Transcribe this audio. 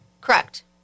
Correct